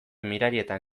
mirarietan